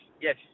yes